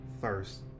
first